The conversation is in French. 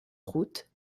route